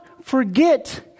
forget